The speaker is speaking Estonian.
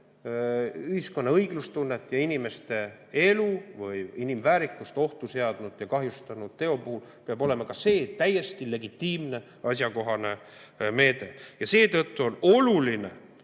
ühiskonna õiglustunnet ja inimeste elu või inimväärikust ohtu seadnud ja kahjustanud teo puhul peab olema ka see täiesti legitiimne asjakohane meede. Loomulikult,